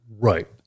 Right